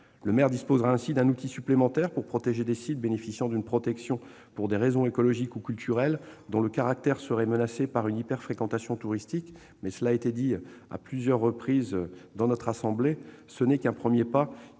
Le maire disposera ainsi d'un outil supplémentaire pour préserver des sites bénéficiant d'une protection pour des raisons écologiques ou culturelles, dont le caractère serait menacé par une hyper-fréquentation touristique. Comme cela a déjà été dit à plusieurs reprises, il ne s'agit que d'un premier pas